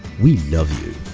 we love you